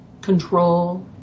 control